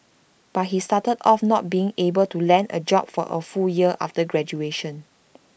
but he started off not being able to land A job for A full year after graduation